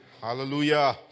Hallelujah